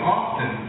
often